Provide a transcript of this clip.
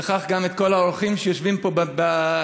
וכך גם את כל האורחים שיושבים פה ביציע.